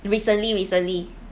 recently recently